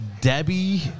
Debbie